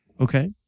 Okay